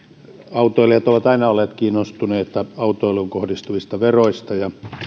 autoilijat ovat aina olleet kiinnostuneita autoiluun kohdistuvista veroista